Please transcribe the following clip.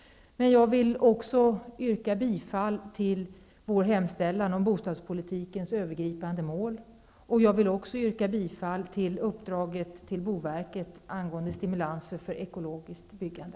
Jag vill också yrka bifall till vår hemställan vad gäller bostadspolitikens övergripande mål och uppdraget till boverket angående stimulanser för ekologiskt byggande.